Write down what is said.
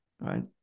Right